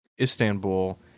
Istanbul